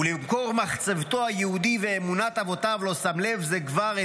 ולמקור מחצבתו היהודי ואמונת אבותיו לא שם לב זה כבר,